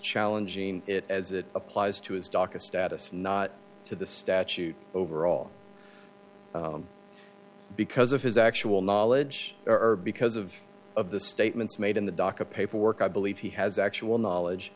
challenging it as it applies to his docket status not to the statute overall because of his actual knowledge or because of of the statements made in the docket paperwork i believe he has actual knowledge